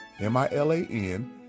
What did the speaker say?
M-I-L-A-N